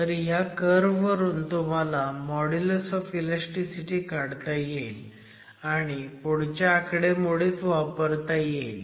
तर ह्या कर्व्ह वरून तुम्हाला मॉड्युलस ऑफ इलॅस्टीसिटी काढता येईल आणि पुढच्या आकडेमोडीत वापरता येईल